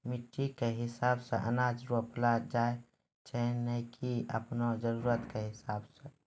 मिट्टी कॅ हिसाबो सॅ अनाज रोपलो जाय छै नै की आपनो जरुरत कॅ हिसाबो सॅ